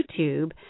YouTube